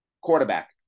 Quarterback